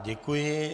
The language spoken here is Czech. Děkuji.